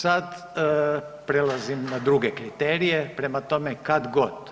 Sad prelazim na druge kriterije, prema tome kad god